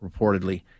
reportedly